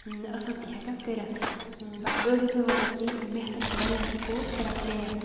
اَصٕل کینٛہہ ہٮ۪کَکھ کٔرِتھ بَس أڑۍ ٲسِم وَنان کہِ میتھَس چھِ واریاہ سکوپ ژٕ رَٹ میتھ